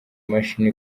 imashini